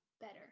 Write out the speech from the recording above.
better